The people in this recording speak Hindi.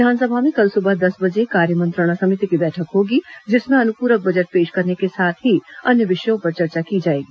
विधानसभा में कल सुबह दस बजे कार्य मंत्रणा समिति की बैठक होगी जिसमें अनुपूरक बजट पेश करने के साथ ही अन्य विषयों पर चर्चा की जाएगी